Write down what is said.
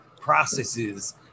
processes